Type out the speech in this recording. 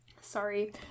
Sorry